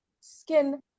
skin